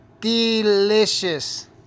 Delicious